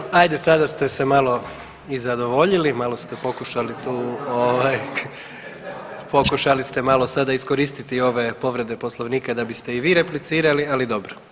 Dobro, ajde sada ste se malo i zadovoljili, malo ste pokušali tu pokušali ste malo sada iskoristiti ove povrede poslovnika da biste i vi replicirali, ali dobro.